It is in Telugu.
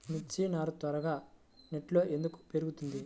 మిర్చి నారు త్వరగా నెట్లో ఎందుకు పెరుగుతుంది?